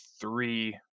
three